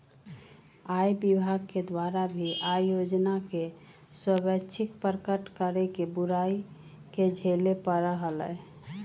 आय विभाग के द्वारा भी आय योजना के स्वैच्छिक प्रकट करे के बुराई के झेले पड़ा हलय